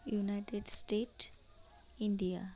united state India